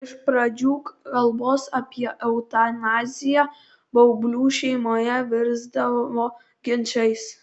iš pradžių kalbos apie eutanaziją baublių šeimoje virsdavo ginčais